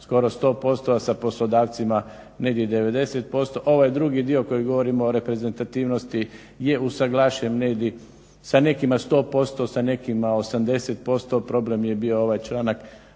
skoro 100%, a sa poslodavcima negdje 90%. Ovaj drugi dio koji govorimo o reprezentativnosti je usuglašen negdje sa nekima 100%, sa nekima 80%. Problem je bio ovaj članak